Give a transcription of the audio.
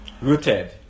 Rooted